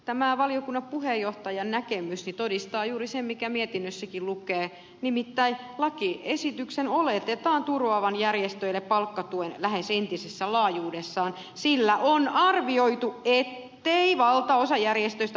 tämä valiokunnan puheenjohtajan näkemys todistaa juuri sen mikä mietinnössäkin lukee nimittäin lakiesityksen oletetaan turvaavan järjestöille palkkatuen lähes entisessä laajuudessaan sillä on arvioitu ettei valtaosa järjestöistä harjoita elinkeinotoimintaa